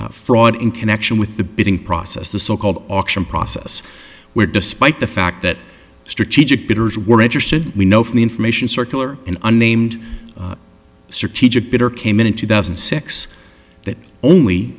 pleads fraud in connection with the bidding process the so called auction process where despite the fact that strategic bidders were interested we know from the information circular and unnamed strategic bitter came in in two thousand and six that only